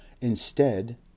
Instead